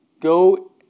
Go